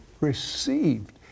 received